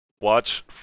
watch